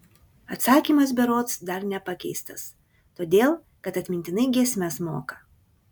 atsakymas berods dar nepakeistas todėl kad atmintinai giesmes moka